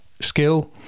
skill